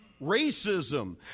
racism